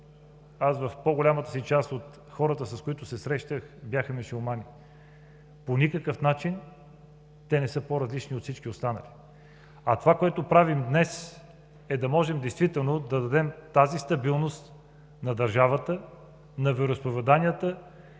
в по-голямата си част от хората, с които се срещах, бяха мюсюлмани. По никакъв начин те не са по-различни от всички останали. А това, което правим днес, е да можем действително да дадем тази стабилност на държавата, на вероизповеданията